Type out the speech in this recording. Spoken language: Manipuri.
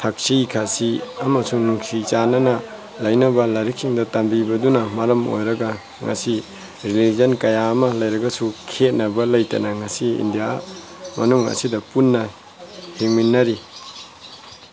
ꯊꯛꯁꯤ ꯈꯥꯁꯤ ꯑꯃꯁꯨꯡ ꯅꯨꯡꯁꯤ ꯆꯥꯅꯅ ꯂꯩꯅꯕ ꯂꯥꯏꯔꯤꯛꯁꯤꯡꯗ ꯇꯝꯕꯤꯕꯗꯨꯅ ꯃꯔꯝ ꯑꯣꯏꯔꯒ ꯉꯁꯤ ꯔꯤꯂꯤꯖꯟ ꯀꯌꯥ ꯑꯃ ꯂꯩꯔꯒꯁꯨ ꯈꯦꯅꯕ ꯂꯩꯇꯅ ꯉꯁꯤ ꯏꯟꯗꯤꯌꯥ ꯃꯅꯨꯡ ꯑꯁꯤꯗ ꯄꯨꯟꯅ ꯍꯤꯡꯃꯤꯟꯅꯔꯤ